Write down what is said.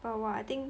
but !wah! I think